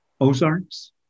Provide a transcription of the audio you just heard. Ozarks